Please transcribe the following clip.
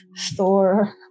Thor